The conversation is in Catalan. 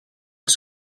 els